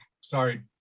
sorry